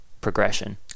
progression